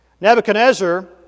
nebuchadnezzar